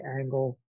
angle